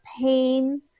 pain